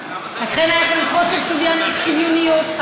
היה כאן חוסר שוויוניות,